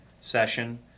session